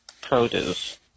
produce